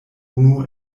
unu